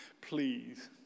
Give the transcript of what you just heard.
please